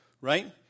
right